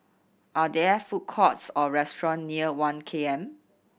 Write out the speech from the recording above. are there food courts or restaurant near One K M